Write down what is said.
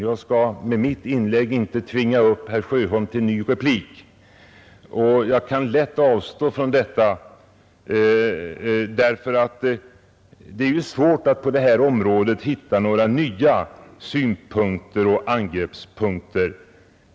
Jag skall med detta anförande inte tvinga upp herr Sjöholm till ny replik. Jag kan avstå härifrån också därför att det är svårt att på detta område hitta några nya synpunkter och angreppspunkter.